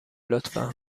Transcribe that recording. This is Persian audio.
لطفا